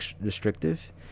restrictive